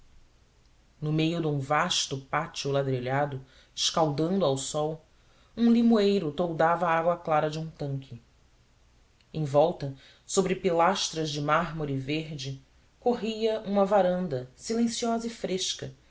no meio de um vasto pátio ladrilhado escaldando ao sol um limoeiro toldava a água clara de um tanque em volta sobre pilastras de mármore verde corria uma varanda silenciosa e fresca